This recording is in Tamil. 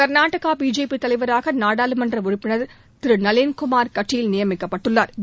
கா்நாடகா பிஜேபி தலைவராக நாடாளுமன்ற உறுப்பினா் திரு நளின்குமாா் கட்டீல் நியமிக்கப்பட்டுள்ளாா்